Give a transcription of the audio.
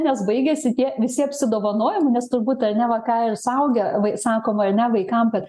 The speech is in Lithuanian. nes baigėsi tie visi apsidovanojomai nes turbūt ar ne vat ką ir suaugę vai sako va ir ne vaikam kad